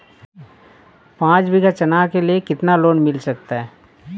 पाँच बीघा चना के लिए कितना लोन मिल सकता है?